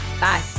Bye